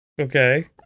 Okay